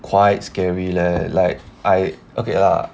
quite scary leh like I okay lah